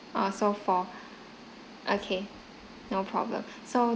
err so for okay no problem so